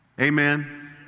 amen